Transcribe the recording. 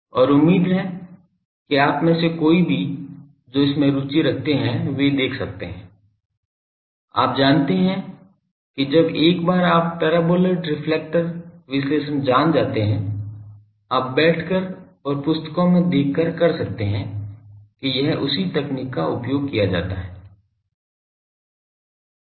और उम्मीद है कि आप में से कोई भी जो इसमें रुचि रखते हैं वे देख सकते हैं आप जानते हैं कि जब एक बार आप पैराबोलॉइड रेफ्लेक्टर् विश्लेषण जान जाते है आप बैठकर और पुस्तकों में देखकर कर सकते हैं कि यह उसी तकनीक का उपयोग किया जाता है